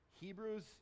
Hebrews